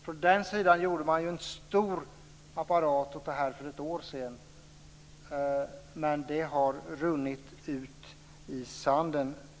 Från de hållen gjorde man för ett år sedan en stor sak av det här, men det har tyvärr runnit ut i sanden.